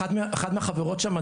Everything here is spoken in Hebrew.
אחת מהחברות שם,